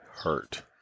Hurt